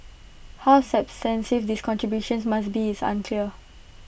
how substantive these contributions must be is unclear